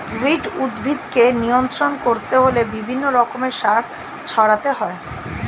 weed উদ্ভিদকে নিয়ন্ত্রণ করতে হলে বিভিন্ন রকমের সার ছড়াতে হয়